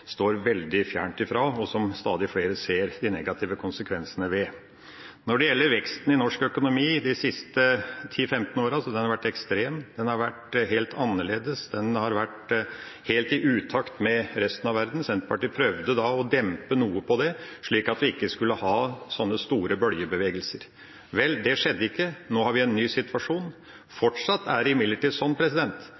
står veldig fjernt fra, og som stadig flere ser de negative konsekvensene av. Når det gjelder veksten i norsk økonomi de siste 10–15 åra, har den vært ekstrem. Den har vært helt annerledes, den har vært helt i utakt med resten av verden. Senterpartiet prøvde å dempe det noe, slik at vi ikke skulle få slike store bølgebevegelser. Vel, det skjedde ikke. Nå har vi en ny situasjon. Fortsatt er det imidlertid